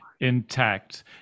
intact